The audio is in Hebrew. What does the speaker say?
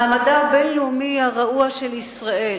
מעמדה הבין-לאומי הרעוע של ישראל,